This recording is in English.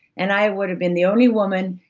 and i would've been the only woman,